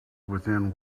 within